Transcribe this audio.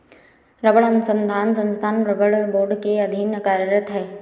रबड़ अनुसंधान संस्थान रबड़ बोर्ड के अधीन कार्यरत है